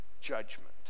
judgment